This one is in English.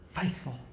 Faithful